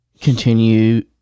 continue